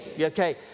Okay